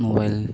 mobile